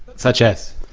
such as?